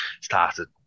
started